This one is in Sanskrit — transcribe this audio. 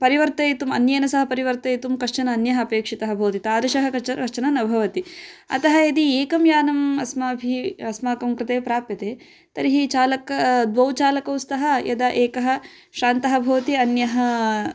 परिवर्तयितुम् अन्येन सह परिवर्तयितुं कश्चन अन्यः अपेक्षितः भवति तादृशः कश्चन कश्चन न भवति अतः यदि एकं यानम् अस्माभिः अस्माकं कृते प्राप्यते तर्हि चालका द्वौ चालकौ स्तः यदा एकः श्रान्तः भवति अन्यः